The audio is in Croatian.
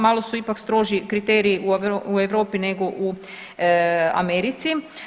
Malo su ipak strožiji kriteriji u Europi nego u Americi.